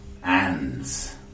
Hands